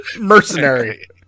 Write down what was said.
mercenary